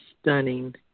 stunning